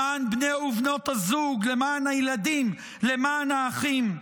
למען בני ובנות הזוג, למען הילדים, למען האחים.